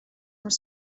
were